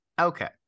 okay